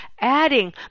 adding